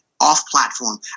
off-platform